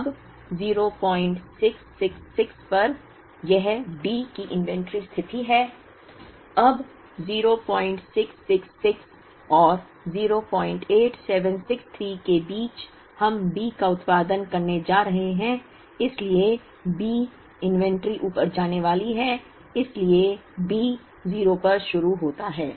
अब 0666 पर यह D की इन्वेंट्री स्थिति है अब 0666 और 08763 के बीच हम B का उत्पादन करने जा रहे हैं इसलिए B इन्वेंट्री ऊपर जाने वाली है इसलिए B 0 पर शुरू होता है